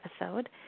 episode